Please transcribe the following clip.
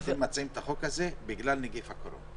אתם מציעים את החוק הזה בגלל נגיף הקורונה,